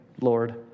Lord